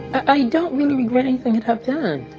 i don't really regret anything that i've done.